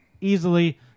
easily